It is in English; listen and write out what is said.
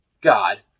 God